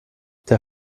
der